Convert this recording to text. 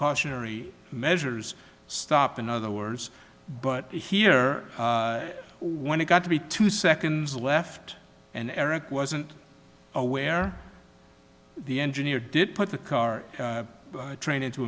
cautionary measures stop in other words but here when it got to be two seconds left and eric wasn't aware the engineer did put the car train into